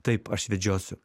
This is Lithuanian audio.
taip aš vedžiosiu